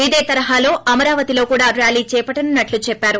ఇదే తరహాలో అమరావతిలో కూడా ర్యాలీ చేపట్టనున్నట్లు చెప్పారు